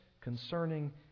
concerning